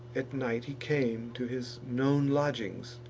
at night he came to his known lodgings,